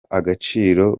agaciro